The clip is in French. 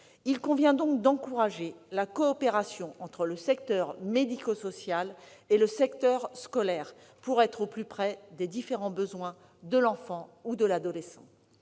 Il convient donc d'encourager la coopération entre les secteurs médico-social et scolaire, pour être au plus près des différents besoins de l'enfant ou de l'adolescent.